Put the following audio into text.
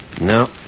No